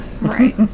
right